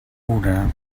una